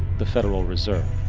the federal reserve.